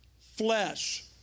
flesh